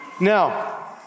Now